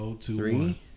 Three